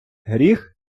гріх